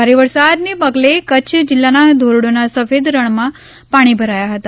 ભારે વરસાદના પગલે કચ્છ જિલ્લાના ધોરડોના સફેલદ રણમાં પાણી ભરાયા હતા